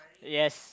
yes